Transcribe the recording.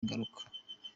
ingaruka